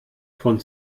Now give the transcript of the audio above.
von